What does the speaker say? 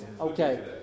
Okay